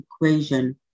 equation